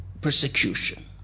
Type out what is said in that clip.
persecution